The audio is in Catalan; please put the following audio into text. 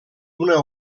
una